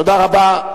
תודה רבה.